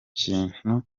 kintu